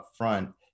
upfront